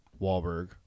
Wahlberg